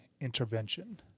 intervention